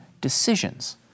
decisions